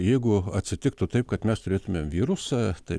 jeigu atsitiktų taip kad mes turėtumėm virusą tai